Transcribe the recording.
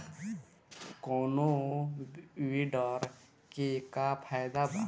कौनो वीडर के का फायदा बा?